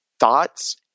thoughts